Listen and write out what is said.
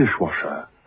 dishwasher